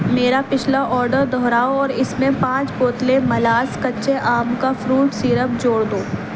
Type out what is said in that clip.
میرا پچھلا آڈر دوہراؤ اور اس میں پانچ بوتلیں مالاز کچے آم کا فروٹ سیرپ جوڑ دو